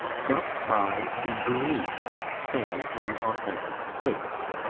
but by degree, stand in authentic place?